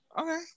okay